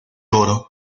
oro